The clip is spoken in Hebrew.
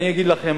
אני אגיד לכם,